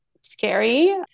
scary